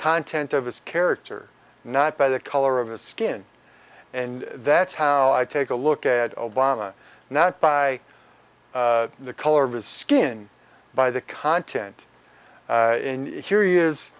content of his character not by the color of the skin and that's how i take a look at obama not by the color of his skin by the content in here